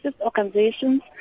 organizations